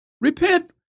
repent